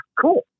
cool